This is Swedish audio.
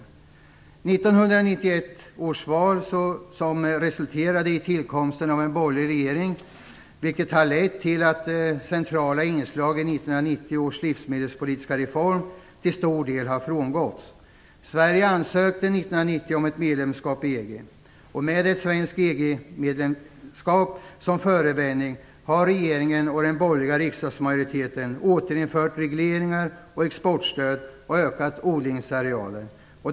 1991 års val resulterade i tillkomsten av en borgerlig regering, vilket har lett till att centrala inslag i 1990 års livsmedelspolitiska reform till stor del har frångåtts. Sverige ansökte 1990 om ett medlemskap i EG. Med ett svensk EG-medlemskap som förevändning har regeringen och den borgerliga riksdagsmajoriteten återinfört regleringar och exportstöd och ökat odlingsarealen.